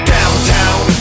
Downtown